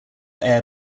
air